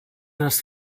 das